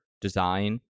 design